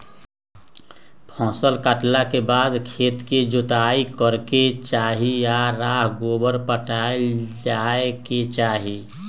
फसल काटला के बाद खेत के जोताइ करे के चाही आऽ राख गोबर पटायल जाय के चाही